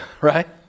right